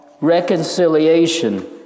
reconciliation